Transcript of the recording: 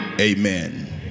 amen